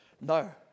no